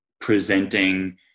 presenting